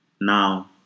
Now